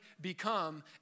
become